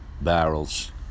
barrels